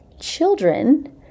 children